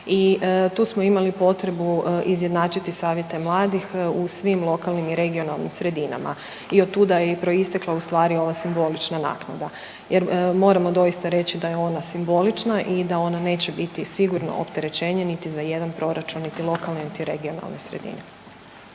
tu smo imali potrebu izjednačiti savjete mladih u svim lokalnim i regionalnim sredinama i od tuda je i proistekla, ustvari ova simbolična naknada jer moramo doista reći da je ona simbolična i da ona neće biti sigurno opterećenje niti za jedan proračun niti lokalne niti regionalne sredine.